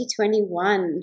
2021